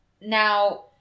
Now